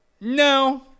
No